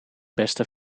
beste